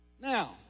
Now